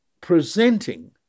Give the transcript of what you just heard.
presenting